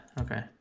okay